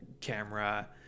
camera